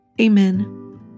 Amen